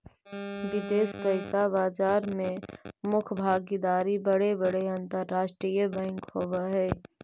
विदेश पइसा बाजार में मुख्य भागीदार बड़े बड़े अंतरराष्ट्रीय बैंक होवऽ हई